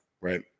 right